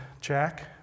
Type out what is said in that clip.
Jack